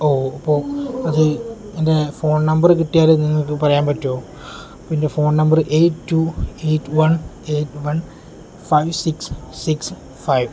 ഓ അപ്പോൾ അത് എൻ്റെ ഫോൺ നമ്പർ കിട്ടിയാൽ നിങ്ങൾക്ക് പറയാൻ പറ്റുമോ എൻ്റെ phone number eight two eight one eight one five six six five